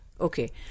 okay